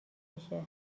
بکشه